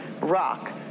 rock